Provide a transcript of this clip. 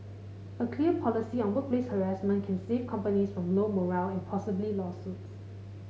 a clear policy on workplace harassment can save companies from low morale and possibly lawsuits